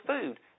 food